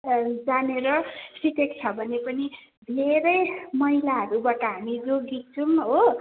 जानेर सिकेको छ भने पनि धेरै मैलाहरूबाट हामी जोगिन्छौँ हो